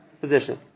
position